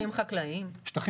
שטחים חקלאיים.